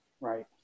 right